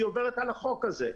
היא עוברת על החוק הזה.